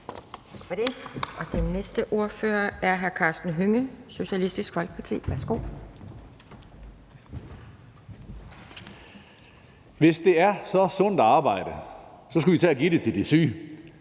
Hvis det er så sundt at arbejde, skulle I tage at give det til de syge.